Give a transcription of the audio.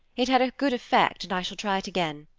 it had a good effect, and i shall try it again.